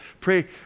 pray